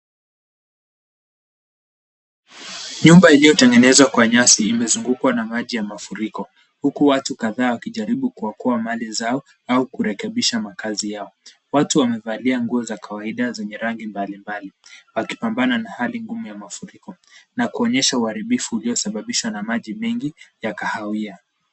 Nyumba iliyotengenezwa kwa nyasi imezungukwa na mafuriko huku wayu kadhaa wakijaribu kuokoa mali zao au kurekebisha makazi yao. Watu wamevalia nguo za kawaida zenye rangi mbalimbali wakipambana na hali ngumu ya mafuriko na kuonyesha uharibifu iliyosababishwa na maji mingi ya kahawia.